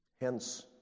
Hence